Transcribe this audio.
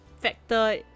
factor